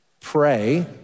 pray